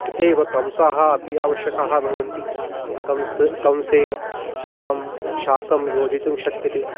तथैव कंसाः अपि आवश्यकाः भवन्ति कंस कंसे सूपं शाकं योजयितुं शक्यते